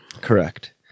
Correct